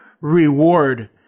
reward